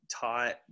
taught